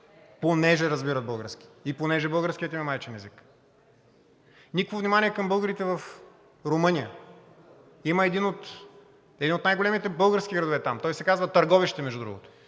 понеже разбират български и понеже българският им е майчин език. Никакво внимание към българите в Румъния. Има един от най-големите български градове там, той се казва Търговище, между другото.